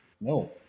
No